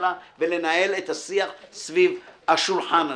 שלה ולנהל את השיח סביב השולחן הזה.